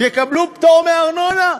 יקבלו פטור מארנונה.